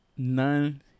None